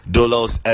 Dolos